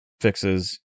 fixes